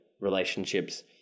Relationships